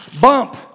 bump